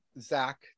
zach